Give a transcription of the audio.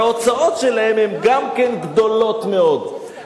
אבל ההוצאות שלהם הן גם כן גדולות מאוד,